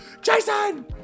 Jason